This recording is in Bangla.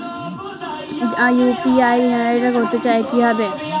ইউ.পি.আই জেনারেট করতে হয় কিভাবে?